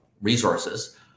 resources